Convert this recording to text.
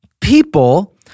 people